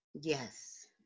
Yes